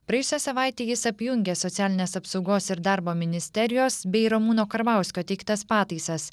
praėjusią savaitę jis apjungė socialinės apsaugos ir darbo ministerijos bei ramūno karbauskio teiktas pataisas